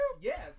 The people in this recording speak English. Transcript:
yes